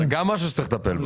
זה גם דבר שצריך לטפל בו.